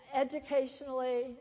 educationally